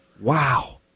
Wow